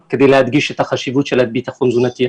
כדי להדגיש את החשיבות של הביטחון התזונתי.